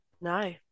no